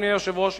אדוני היושב-ראש,